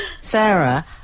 Sarah